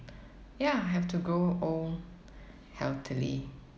ya have to grow old healthily